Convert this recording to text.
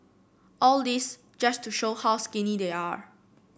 all this just to show how skinny they are